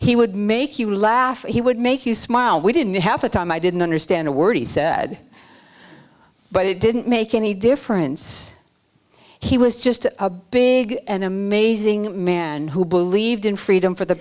he would make you laugh he would make you smile we didn't have a time i didn't understand a word he said but it didn't make any difference he was just a big and amazing man who believed in freedom for the